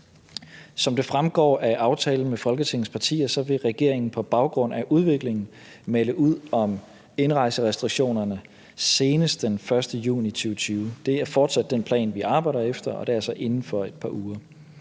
Som det fremgår af aftalen med Folketingets partier, vil regeringen på baggrund af udviklingen melde ud om indrejserestriktionerne senest den 1. juni 2020. Det er fortsat den plan, vi arbejder efter, og det er altså inden for et par uger.